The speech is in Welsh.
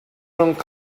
rhwng